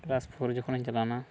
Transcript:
class four ᱡᱚᱠᱷᱚᱱᱤᱧ ᱪᱟᱞᱟᱣᱱᱟ